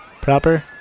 proper